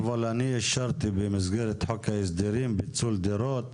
אבל אני אישרתי במסגרת חוק ההסדרים פיצול דירות.